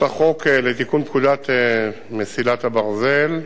הצעות החוק לתיקון פקודת מסילות הברזל,